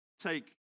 take